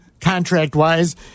contract-wise